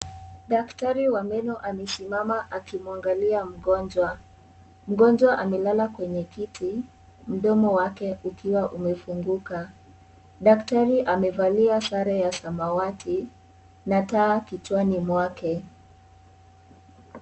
Daktari wa meno amesimama akimwangalia mgonjwa. Mgonjwa amelala kwenye kiti mdomowake ukiwa umefunguka. Daktari amevalia sare ya samawati na taa kichwani mwake.